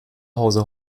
hause